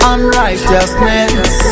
Unrighteousness